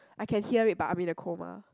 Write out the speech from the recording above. I can hear it but I'm in a coma